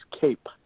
cape